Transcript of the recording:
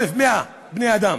1,110 בני-אדם